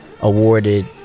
awarded